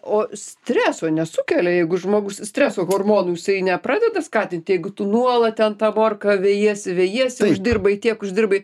o streso nesukelia jeigu žmogus streso hormonų jisai nepradeda skatinti jeigu tu nuolat ten tą morką vejiesi vejiesi uždirbai tiek uždirbai